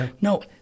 no